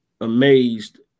amazed